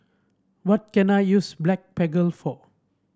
what can I use Blephagel for